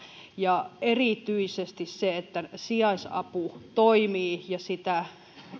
ja erityisesti se että sijaisapu toimii ja